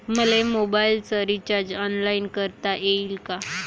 मले मोबाईलच recharge online करता येईन का?